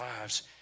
lives